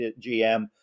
gm